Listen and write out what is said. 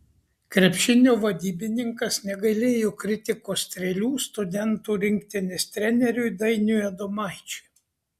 krepšinio vadybininkas negailėjo kritikos strėlių studentų rinktinės treneriui dainiui adomaičiui